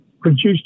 produced